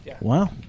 Wow